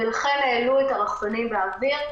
ולכן העלו את הרחפנים באוויר.